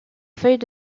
feuille